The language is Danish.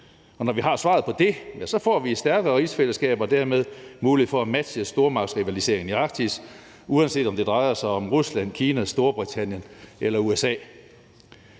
Og når vi har svaret på det, får vi et stærkere rigsfællesskab og dermed mulighed for at matche stormagtsrivaliseringen i Arktis, uanset om det drejer sig om Rusland, Kina, Storbritannien eller USA.